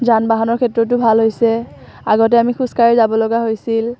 যান বাহনৰ ক্ষেত্ৰতো ভাল হৈছে আগতে আমি খোজকাঢ়ি যাব লগা হৈছিল